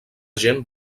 gent